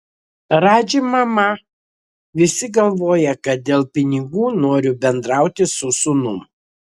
radži mama visi galvoja kad dėl pinigų noriu bendrauti su sūnum